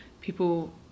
people